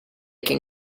can